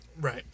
right